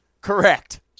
Correct